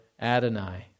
Adonai